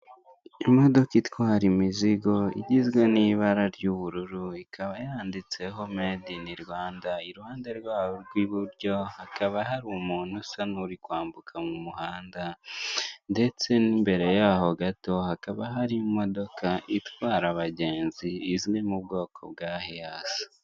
Imodoka itwara imizigo igizwe n'ibara ry'ubururu ikaba yanditseho medi ini Rwanda iruhande rwaho rw'iburyo hakaba hari umuntu usa n'uri kwambuka mu umuhanda, ndetse n'imbere yaho gato hakaba hari imodoka itwara abagenzi izwi mu bwoko bwa hiyasi.